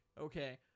okay